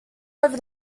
over